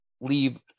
leave